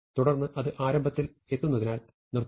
തുടർന്ന് അത് ആരംഭത്തിൽ എത്തുന്നതിനാൽ നിർത്തുന്നു